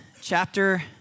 chapter